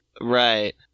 right